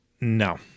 No